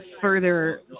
further